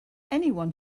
anyone